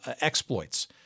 exploits